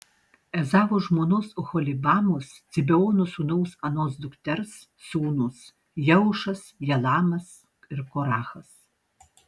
ezavo žmonos oholibamos cibeono sūnaus anos dukters sūnūs jeušas jalamas ir korachas